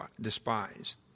despise